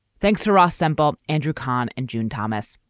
thanks for ah assemble. andrew kahn and june thomas.